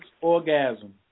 orgasm